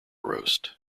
roast